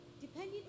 depending